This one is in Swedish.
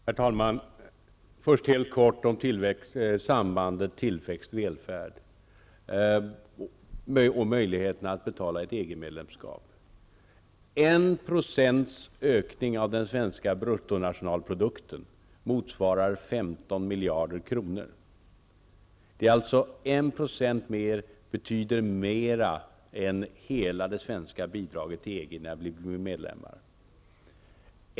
Herr talman! Först något kort om sambandet mellan tillväxt och välfärd och möjligheterna att betala ett EG-medlemskap. En ökning av den svenska bruttonationalprodukten med 1 % betyder alltså mer än hela det svenska bidraget till EG när vi blir medlemmar.